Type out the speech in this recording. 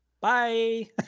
Bye